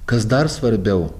kas dar svarbiau